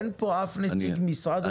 אין פה אף נציג משרד התחבורה?